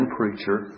preacher